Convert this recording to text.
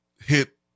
hit